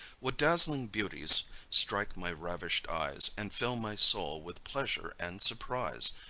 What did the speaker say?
what dazzling beauties strike my ravish'd eyes, and fill my soul with pleasure and surprise!